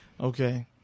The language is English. Okay